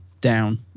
down